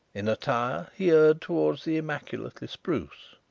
in attire he erred towards the immaculately spruce.